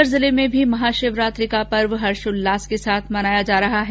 सीकर जिले में भी महाशिवरात्रि का पर्व हर्षोल्लास के साथ मनाया जा रहा है